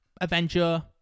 Avenger